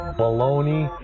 baloney